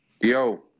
Yo